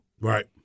Right